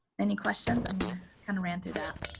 any questions, i mean, i kind of ran through that.